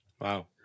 Wow